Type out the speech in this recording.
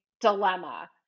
dilemma